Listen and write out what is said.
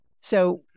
So-